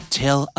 tell